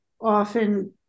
often